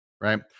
right